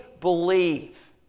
believe